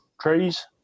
trees